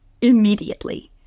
immediately